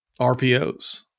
RPOs